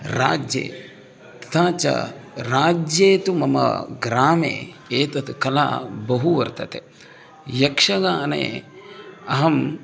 राज्ये तथा च राज्ये तु मम ग्रामे एतत् कला बहु वर्तते यक्षगाने अहम्